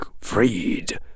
freed